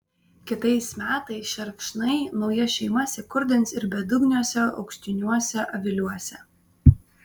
kitais metais šerkšnai naujas šeimas įkurdins ir bedugniuose aukštiniuose aviliuose